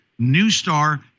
Newstar